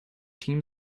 team